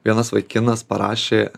vienas vaikinas parašė